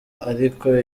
ariko